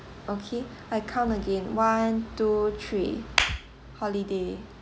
okay I count again one two three holiday